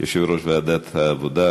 יושב-ראש ועדת העבודה,